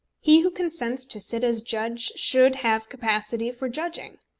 he who consents to sit as judge should have capacity for judging.